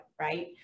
right